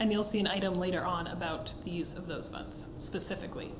and you'll see an item later on about the use of those funds specifically